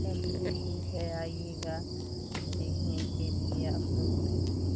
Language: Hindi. चलिए ठीक है आइएगा देखने के लिए आपलोग भी